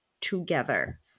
together